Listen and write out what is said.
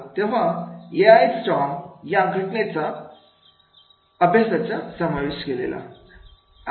तेव्हा Al Strom या घटनेचा अभ्यासाच्या समाविष्ट केलेला